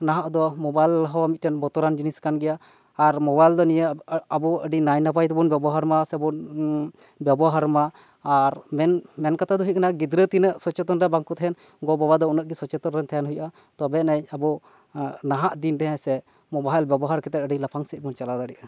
ᱱᱟᱦᱟᱜ ᱫᱚ ᱢᱳᱵᱟᱭᱤᱞ ᱦᱚᱸ ᱢᱤᱫᱴᱮᱱ ᱵᱚᱛᱚᱨᱟᱱ ᱡᱤᱱᱤᱥ ᱠᱟᱱ ᱜᱮᱭᱟ ᱟᱨ ᱢᱳᱵᱟᱭᱤᱞ ᱫᱚ ᱱᱤᱭᱟ ᱟᱵᱚ ᱟᱹᱰᱤ ᱱᱟᱭᱱᱟᱯᱟᱭ ᱛᱮᱵᱚᱱ ᱵᱮᱵᱚᱦᱟᱨ ᱢᱟ ᱥᱮᱵᱚᱱ ᱵᱮᱵᱚᱦᱟᱨ ᱢᱟ ᱟᱨ ᱢᱮᱱ ᱢᱮᱱ ᱠᱟᱛᱷᱟ ᱫᱚ ᱦᱩᱭᱩᱜ ᱠᱟᱱᱟ ᱜᱤᱫᱽᱨᱟᱹ ᱛᱤᱱᱟᱜ ᱥᱚᱪᱮᱛᱚᱱ ᱨᱮ ᱵᱟᱝ ᱠᱚ ᱛᱟᱦᱮᱸᱱ ᱜᱚ ᱵᱟᱵᱟ ᱫᱚ ᱩᱱᱟᱹᱜ ᱜᱮ ᱥᱚᱪᱮᱛᱚᱱ ᱨᱮ ᱛᱟᱦᱮᱸᱱ ᱦᱩᱭᱩᱜᱼᱟ ᱛᱚᱵᱮᱭᱟᱱᱤᱡ ᱟᱵᱚ ᱱᱟᱦᱟᱜ ᱫᱤᱱ ᱨᱮ ᱥᱮ ᱢᱳᱵᱟᱭᱤᱞ ᱵ ᱵᱮᱵᱚᱦᱟᱨ ᱠᱟᱛᱮᱫ ᱟᱹᱰᱤ ᱞᱟᱯᱷᱟᱝ ᱥᱮᱫ ᱵᱚ ᱪᱟᱞᱟᱣ ᱫᱟᱲᱮᱭᱟᱜᱼᱟ